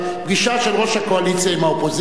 פגישה של ראש הקואליציה עם האופוזיציה.